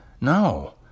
No